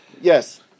yes